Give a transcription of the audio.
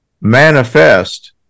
manifest